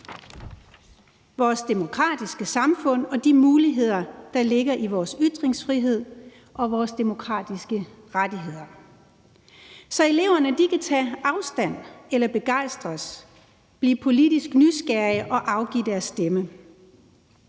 vores demokratiske samfund og de muligheder, der ligger i vores ytringsfrihed og vores demokratiske rettigheder, og så eleverne kan tage afstand eller begejstres, blive politisk nysgerrige og afgive deres stemme.